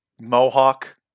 Mohawk